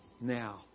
now